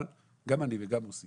גם אני וגם מוסי